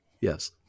Yes